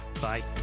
Bye